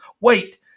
wait